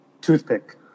toothpick